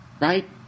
Right